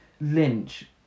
Lynch